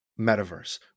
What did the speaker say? metaverse